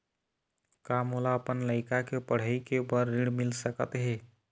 का मोला अपन लइका के पढ़ई के बर ऋण मिल सकत हे?